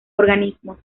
organismos